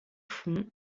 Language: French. front